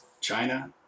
China